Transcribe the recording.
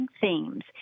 themes